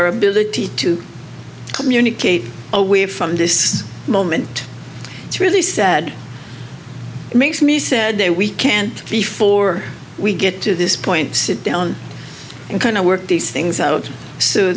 our ability to communicate away from this moment it's really sad it makes me said they we can't before we get to this point sit down and kind of work these things out